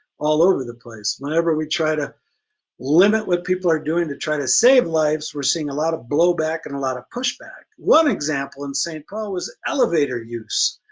all over the place, whenever we try to limit what people are doing to try to save lives, we're seeing a lot of blowback and a lot of pushback. one example in st. paul was elevator use.